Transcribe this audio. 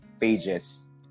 pages